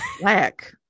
black